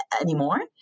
anymore